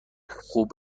خوب